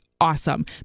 awesome